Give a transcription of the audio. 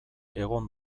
egon